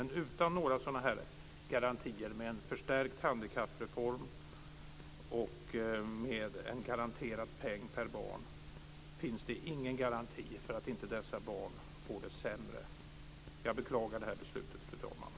Men utan några sådana garantier om en förstärkt handikappreform och en garanterad peng per barn finns det ingen garanti för att inte dessa barn får det sämre. Jag beklagar det här beslutet, fru talman.